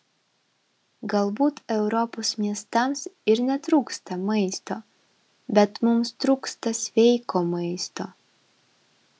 galbūt europos miestams ir netrūksta maisto bet mums trūksta sveiko maisto